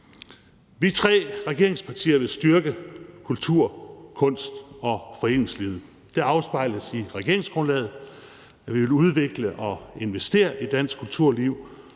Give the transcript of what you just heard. Vi tre regeringspartier vil styrke kultur-, kunst- og foreningslivet. Det afspejles i regeringsgrundlaget, at vi vil udvikle og investere i dansk kulturliv,